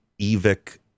Evic